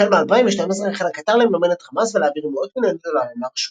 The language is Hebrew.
החל מ-2012 החלה קטר לממן את חמאס ולהעביר מאות מיליוני דולרים לראשות.